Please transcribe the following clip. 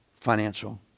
financial